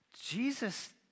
Jesus